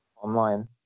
online